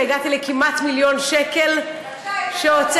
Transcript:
הגעתי כמעט למיליון שקל שהוצאתי.